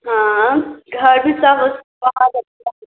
हाँ घर भी सब उस बहुत अच्छा है